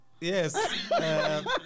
Yes